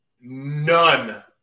None